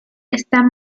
están